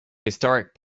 historic